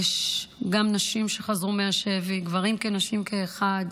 גם נשים שחזרו מהשבי, גברים ונשים כאחד,